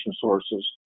sources